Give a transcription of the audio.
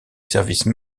service